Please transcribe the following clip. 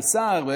אני שר,